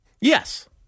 Yes